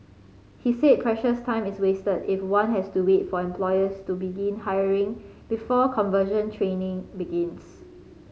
he said precious time is wasted if one has to wait for employers to begin hiring before conversion training begins